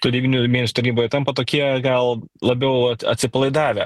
tų devynių mėnesių tarnyboj tampa tokie gal labiau atsipalaidavę